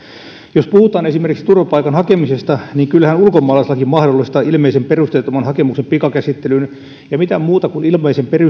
jos puhutaan esimerkiksi turvapaikan hakemisesta niin kyllähän ulkomaalaislaki mahdollistaa ilmeisen perusteettoman hakemuksen pikakäsittelyn eikä mitään muuta kuin ilmeisen